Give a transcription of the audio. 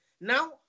Now